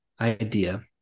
idea